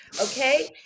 okay